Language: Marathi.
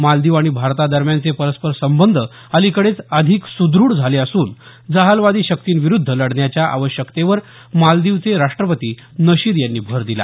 मालदीव आणि भारता दरम्यानचे परस्पर संबंध अलिकडेच अधिक सुद्रढ झाले असून जहालवादी शक्तींविरूद्ध लढण्याच्या आवश्यकतेवर मालदीवचे राष्ट्रपती नशीद यांनी भर दिला